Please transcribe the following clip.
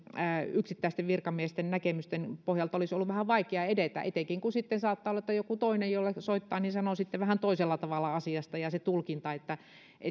yksittäisten virkamiesten näkemysten pohjalta olisi ollut vähän vaikea edetä etenkin kun sitten saattaa olla että joku toinen jolle soittaa sanoo sitten vähän toisella tavalla asiasta ja se tulkinta